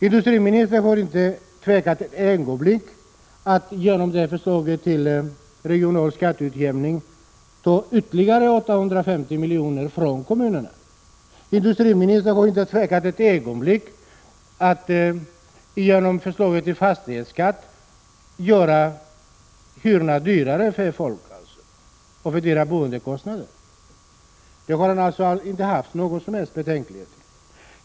Industriministern har inte tvekat ett ögonblick att genom förslaget till regional skatteutjämning ta ytterligare 850 miljoner från kommunerna. Industriministern har inte tvekat ett ögonblick att genom förslaget till fastighetsskatt fördyra människors boendekostnader.